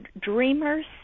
dreamers